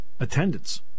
attendance